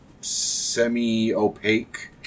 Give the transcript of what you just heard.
semi-opaque